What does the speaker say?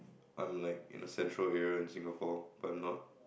I'm like in the central area in Singapore but I'm not